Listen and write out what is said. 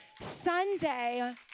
Sunday